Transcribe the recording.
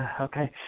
okay